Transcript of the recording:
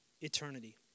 eternity